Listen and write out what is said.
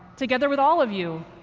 together with all of you,